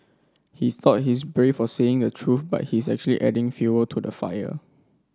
he thought he's brave for saying the truth but he's actually adding fuel to the fire